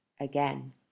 again